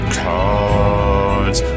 cards